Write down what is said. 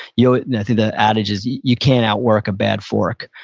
you know think the adage is, you you can't outwork a bad fork.